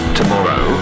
tomorrow